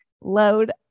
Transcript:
load